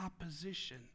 opposition